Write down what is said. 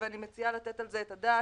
ואני מציעה לתת על זה את הדעת,